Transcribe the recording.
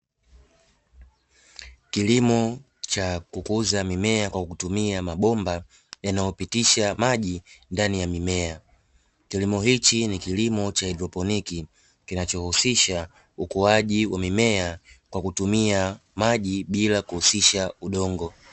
Kilimo cha kukuza mimea kwa kutumia mabomba yanayopitisha maji ndani ya mimea, kilimo hiki ni kilimo cha haidroponi kinachohusisha ukuaji wa mimea kwa kutumia maji bila kuhusisha udongo.